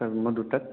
হয় মই দুটাত